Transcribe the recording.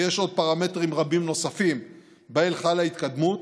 ויש עוד פרמטרים רבים נוספים שבהם חלה התקדמות,